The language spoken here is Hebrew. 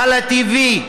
להלא TV ,